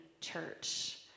church